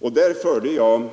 Jag förde